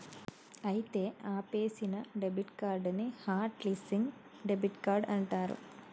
అయితే ఆపేసిన debit card ని హట్ లిస్సింగ్ డెబిట్ కార్డ్ అంటారు